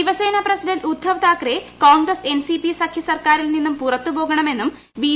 Shiv Sena president Uddhav Thackeray Congress NCP സഖ്യ സർക്കാരിൽ നിന്നും പുറത്തു പോകണമെന്നും ബി